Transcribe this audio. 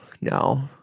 no